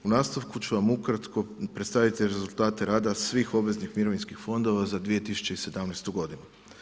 U nastavku ću vam ukratko predstaviti rezultate rada svih obveznih mirovinskih fondova za 2017. godinu.